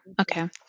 okay